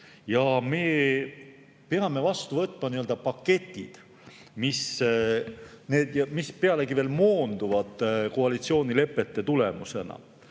ja me peame vastu võtma nii-öelda paketid, mis pealegi veel moonduvad koalitsioonilepete tulemusena.